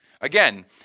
Again